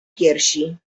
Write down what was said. piersi